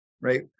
right